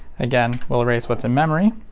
again, we'll erase what's in memory.